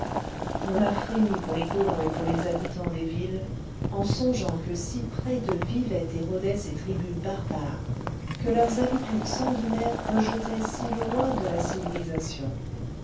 on a frémi pour les colons et pour les habitants des villes en songeant que si près d'eux vivaient et rôdaient ces tribus barbares que leurs habitudes sanguinaires rejetaient si loin de la civilisation